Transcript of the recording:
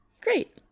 Great